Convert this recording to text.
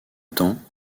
temps